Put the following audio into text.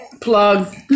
plug